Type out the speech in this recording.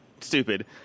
stupid